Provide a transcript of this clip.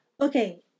okay